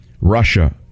Russia